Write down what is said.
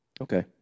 Okay